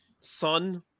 son